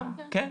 גם, כן.